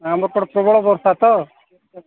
ଆମପଟେ ପ୍ରବଳ ବର୍ଷା ତ